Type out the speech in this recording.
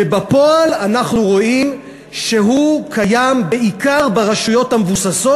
ובפועל אנחנו רואים שהוא קיים בעיקר ברשויות המבוססות,